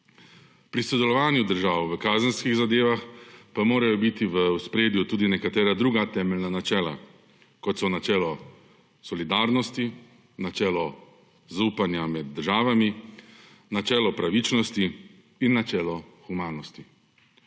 Pri sodelovanju držav v kazenskih zadevah pa morajo biti v ospredju tudi nekatera druga temeljna načela kot so načelo solidarnosti, načelo zaupanja med državami, načelo pravičnosti in načelo humanosti.